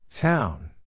Town